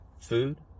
food